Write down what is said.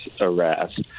arrest